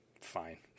fine